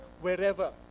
wherever